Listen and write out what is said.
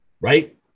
right